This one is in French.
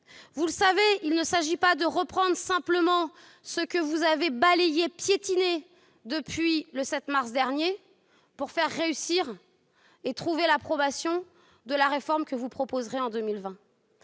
Vous le savez, il ne s'agira pas de reprendre simplement ce que vous avez balayé, piétiné, depuis le 7 mars dernier, pour faire réussir et approuver la réforme que vous proposerez en 2020.